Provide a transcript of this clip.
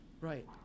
Right